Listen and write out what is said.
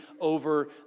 over